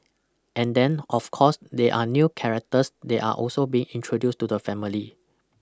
and then of course there are new characters that are also being introduced to the family